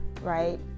right